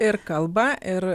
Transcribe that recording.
ir kalba ir